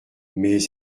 mais